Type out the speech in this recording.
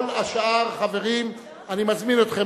כל השאר, חברים, אני מזמין אתכם.